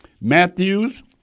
Matthews